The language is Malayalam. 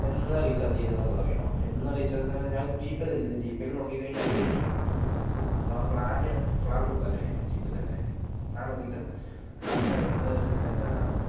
എന്നാ റീചാർജ് ചെയ്തത് എന്നത് അറിയണം എന്നാ റീചാർജ് ഞാൻ ജിപേല് ചെയ്തത് ജിപേല് നോക്കിക്കഴിഞ്ഞാൽ അറിയായിരിക്കും അപ്പം ആ പ്ലാന് പ്ലാൻ നോക്കാല്ലേ ജിപേലെ താൻ പ്ലാൻ നോക്കിയിട്ട് പ്ലാൻ്റെകത്ത്